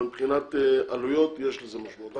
אבל מבחינת עלויות יש לזה משמעות,